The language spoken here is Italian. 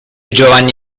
giovanni